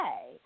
Hey